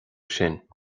sin